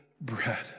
bread